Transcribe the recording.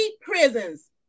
prisons